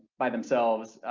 by themselves.